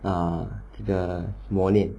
ah 这个磨练